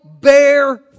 bear